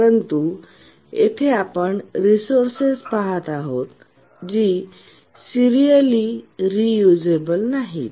परंतु येथे आपण रेसोर्सेस पहात आहोत जी सीरिअली रेऊसेबल नाहीत